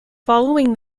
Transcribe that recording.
following